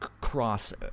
cross